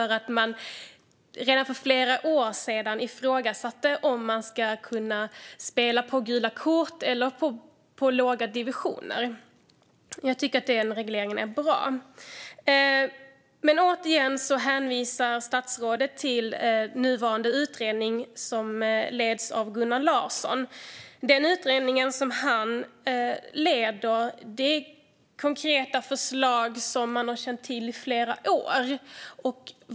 Redan för flera år sedan ifrågasattes det om man skulle kunna spela på gula kort eller på låga divisioner. Jag tycker att regleringen är bra. Återigen hänvisar statsrådet till nuvarande utredning, som leds av Gunnar Larsson. Den utredning som han leder har konkreta förslag som man har känt till i flera år.